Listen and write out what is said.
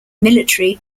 military